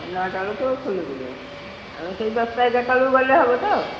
ନଅଟା ବେଳକୁ ଖୋଲି ଯିବ ଆଉ ସେଇ ଦଶଟା ଏଗାରଟା ବେଳକୁ ଗଲେ ହେବ ତ